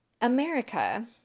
America